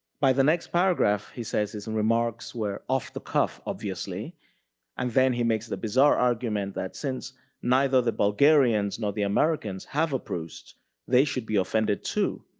by the next paragraph, he says his and remarks were off the cuff obviously and then he makes the bizarre argument that since neither the bulgarians nor the americans have a proust, they should be offended too.